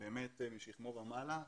משכמו ומעלה,